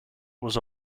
was